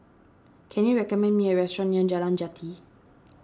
can you recommend me a restaurant near Jalan Jati